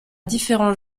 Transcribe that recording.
différents